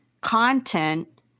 content